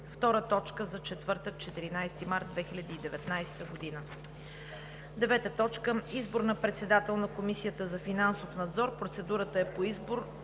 за четвъртък, 14 март 2019 г. 9. Избор на председател на Комисията за финансов надзор. Процедурата по избор